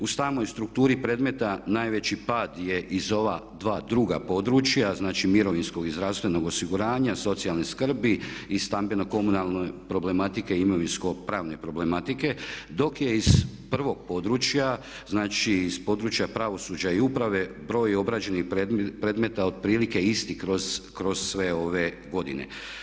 U samoj strukturi predmeta najveći pad je iz ova dva druga područja, znači mirovinskog i zdravstvenog osiguranja, socijalne skrbi i stambeno-komunalne problematike i imovinsko-pravne problematike dok je iz prvog područja, znači iz područja pravosuđa i uprave broj obrađenih predmeta otprilike isti kroz sve ove godine.